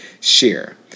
Share